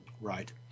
Right